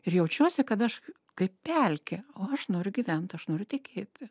ir jaučiuosi kad aš kaip pelkė o aš noriu gyvent aš noriu tekėti